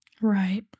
right